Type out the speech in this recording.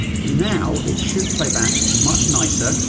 now it should play back much nicer,